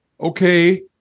Okay